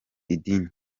idini